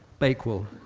bakewell.